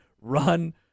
run